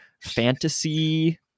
fantasy